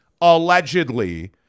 allegedly